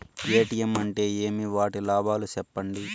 ATM అంటే ఏమి? వాటి లాభాలు సెప్పండి?